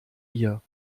ihr